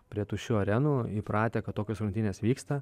prie tuščių arenų įpratę kad tokios rungtynės vyksta